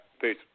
peace